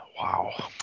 Wow